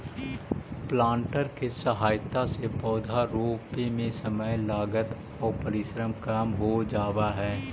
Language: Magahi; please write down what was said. प्लांटर के सहायता से पौधा रोपे में समय, लागत आउ परिश्रम कम हो जावऽ हई